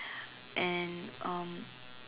and um